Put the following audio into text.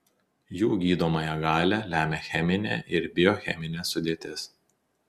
jų gydomąją galią lemia cheminė ir biocheminė sudėtis